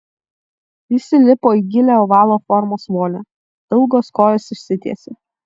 jis įlipo į gilią ovalo formos vonią ilgos kojos išsitiesė